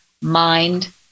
mind